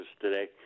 today